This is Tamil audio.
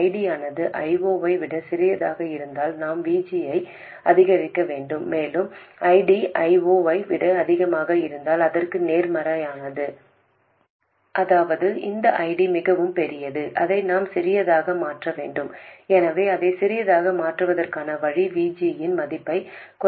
ஐடியானது I0 ஐ விட சிறியதாக இருந்தால் நாம் VG ஐ அதிகரிக்க வேண்டும் மேலும் ID I0 ஐ விட அதிகமாக இருந்தால் அதற்கு நேர்மாறானது அதாவது அந்த ID மிகவும் பெரியது அதை நாம் சிறியதாக மாற்ற வேண்டும் எனவே அதை சிறியதாக மாற்றுவதற்கான வழி VG இன் மதிப்பைக் குறைப்பதாகும்